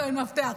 אין מאבטח,